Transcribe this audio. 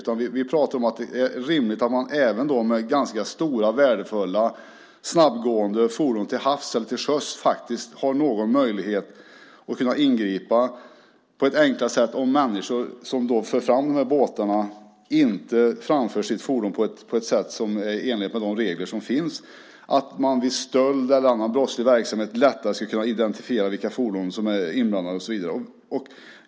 Men vi menar att det är rimligt att man när det gäller stora, värdefulla och snabbgående farkoster till sjöss ska ha någon möjlighet att ingripa på ett enklare sätt om de som för fram dem inte gör det i enlighet med de regler som finns. Man ska också vid stöld lättare kunna identifiera vilka farkoster som är inblandade.